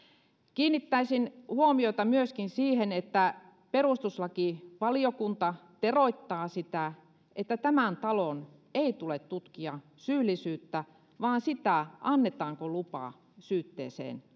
kiinnittäisin huomiota myöskin siihen että perustuslakivaliokunta teroittaa sitä että tämän talon ei tule tutkia syyllisyyttä vaan sitä annetaanko lupa syytteeseen